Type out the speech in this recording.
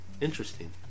Interesting